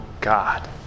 God